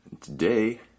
Today